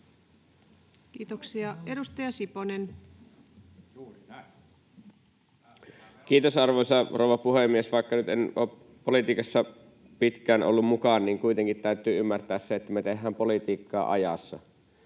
Time: 20:28 Content: Kiitos, arvoisa rouva puhemies! Vaikka nyt en ole politiikassa pitkään ollut mukana, niin kuitenkin täytyy ymmärtää se, että me tehdään politiikkaa ajassa.